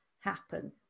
happen